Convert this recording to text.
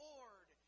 Lord